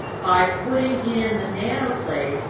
by putting in the nanoclays,